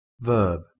verb